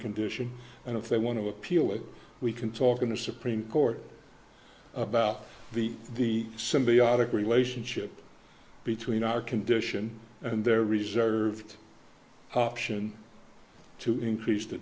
condition and if they want to appeal it we can talk in the supreme court about the the symbiotic relationship between our condition and their reserved option to